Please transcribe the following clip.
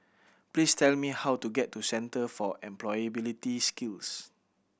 please tell me how to get to Center for Employability Skills